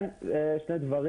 כן, שני דברים.